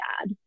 bad